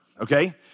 okay